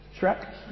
Shrek